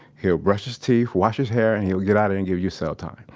he'll brush his teeth, wash his hair, and he'll get out and give you cell time.